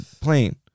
plane